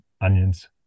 Onions